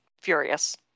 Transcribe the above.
Furious